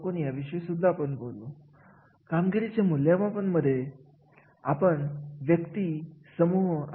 आणि अशा गुंतवणुकी मधून किती परतावा मिळणार आहे